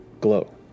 glow